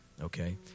Okay